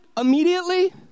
immediately